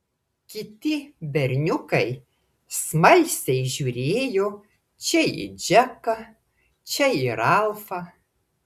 kiti berniukai smalsiai žiūrėjo čia į džeką čia į ralfą